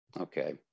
Okay